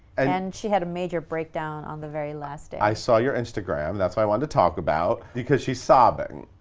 and she had a major breakdown on the very last day. i saw your instagram. that's why i wanted to talk about because she's sobbing.